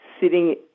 sitting